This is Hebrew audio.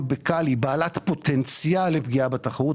ב-כאל היא בעלת פוטנציאל לפגיעה בתחרות.